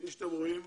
כפי שאתם רואים,